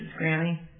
Grammy